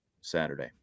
Saturday